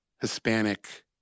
Hispanic